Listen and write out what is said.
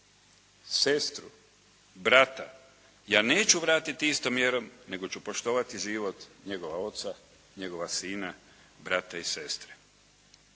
sestru, brata, ja neću vratiti istom mjerom nego ću poštovati život njegova oca, njegova sina, brata i sestre.".